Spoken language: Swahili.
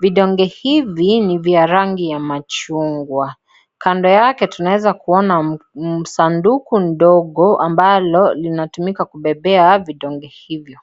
Vidonge hivi ni vya rangi ya machungwa. Kando yake tunawezakuona sanduku ndogo ambalo linatumika kubebea vidonge hivyo.